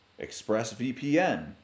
ExpressVPN